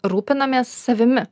rūpinamės savimi